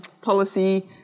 policy